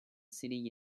sitting